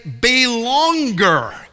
belonger